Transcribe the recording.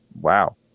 wow